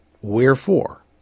Wherefore